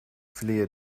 flehe